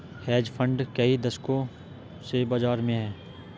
hedge fund कई दशकों से बाज़ार में हैं